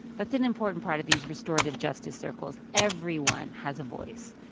that's an important part of these restorative justice circles. everyone has a voice.